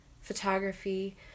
photography